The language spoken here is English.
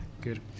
Good